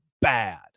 bad